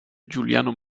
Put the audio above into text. giuliano